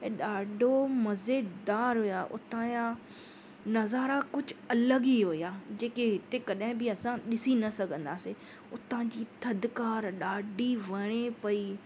ऐं ॾाढो मज़ेदार हुया उतां जा नज़ारा कुझु अलॻि ई हुया जेके हिते कॾहिं बि असां ॾिसी न सघंदासीं उतां जी थदिकारु ॾाढी वणे पई